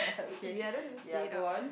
this weird I don't even say it out